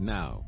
now